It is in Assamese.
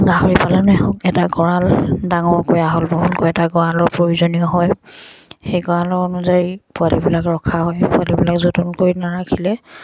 গাহৰি পালনে হওক এটা গঁৰাল ডাঙৰকৈ আহল বহুলকৈ এটা গঁৰালৰ প্ৰয়োজনীয় হয় সেই গঁৰালৰ অনুযায়ী পোৱালিবিলাক ৰখা হয় পোৱালিবিলাক যতন কৰি নাৰাখিলে